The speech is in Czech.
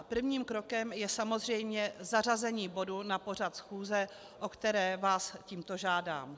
Prvním krokem je samozřejmě zařazení bodu na pořad schůze, o které vás tímto žádám.